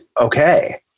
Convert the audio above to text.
okay